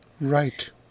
Right